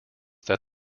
that